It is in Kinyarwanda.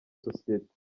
sosiyete